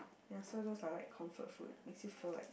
ya so those are like comfort food makes you feel like